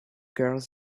girls